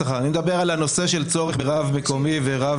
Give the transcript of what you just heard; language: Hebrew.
הנושא של הצורך ברב מקומי ורב